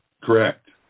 Correct